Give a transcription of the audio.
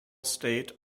state